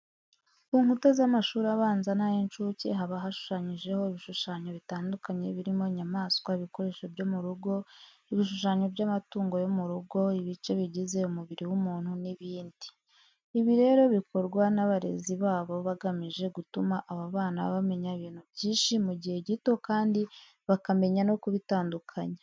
Ku nkuta z'amashuri abanza n'ay'incuke haba hashushanyijeho ibishushanyo bitandukanye birimo inyamaswa, ibikoresho byo mu rugo, ibishushanyo by'amatungo yo mu rugo, ibice bigize umubiri w'umuntu n'ibindi. Ibi rero bikorwa n'abarezi babo bagamije gutuma aba bana bamenya ibintu byinshi mu gihe gito kandi bakamenya no kubitandukanya.